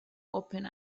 open